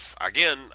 again